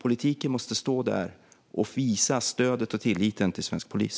Politiken måste stå där och visa stöd och tillit till svensk polis.